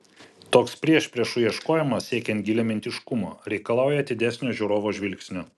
toks priešpriešų ieškojimas siekiant giliamintiškumo reikalauja atidesnio žiūrovo žvilgsnio